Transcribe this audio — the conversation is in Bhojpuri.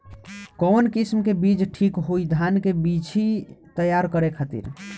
कवन किस्म के बीज ठीक होई धान के बिछी तैयार करे खातिर?